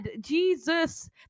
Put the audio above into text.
Jesus